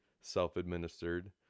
self-administered